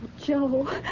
Joe